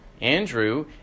Andrew